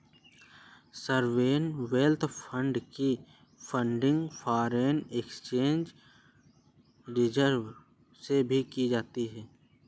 sovereign wealth fund की funding foreign exchange reserves से भी की जाती है